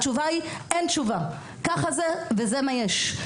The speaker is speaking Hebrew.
התשובה היא אין תשובה, ככה זה, וזה מה יש.